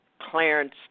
Clarence